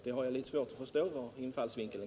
Jag har litet svårt att förstå den infallsvinkeln.